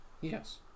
Yes